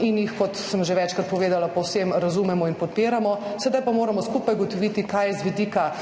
in jih, kot sem že večkrat povedala, povsem razumemo in podpiramo, sedaj pa moramo skupaj ugotoviti, kaj je z vidika